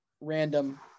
random